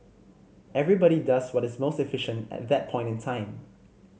everybody does what is most efficient at that point in time